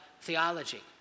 theology